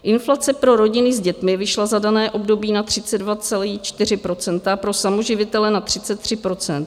Inflace pro rodiny s dětmi vyšla za dané období na 32,4 %, pro samoživitele na 33 %.